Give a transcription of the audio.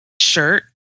shirt